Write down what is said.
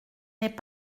n’est